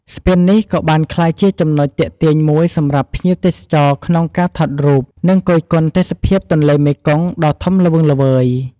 ស្ពាននេះក៏បានក្លាយជាចំណុចទាក់ទាញមួយសម្រាប់ភ្ញៀវទេសចរក្នុងការថតរូប និងគយគន់ទេសភាពទន្លេមេគង្គដ៏ធំល្វឹងល្វើយ។